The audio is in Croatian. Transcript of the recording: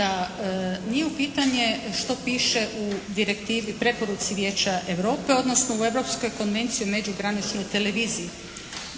da nije pitanje što piše u direktivi, preporuci Vijeća Europe, odnosno u Europskoj konvenciji o međugraničnoj televiziji.